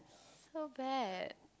so bad